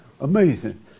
Amazing